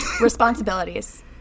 responsibilities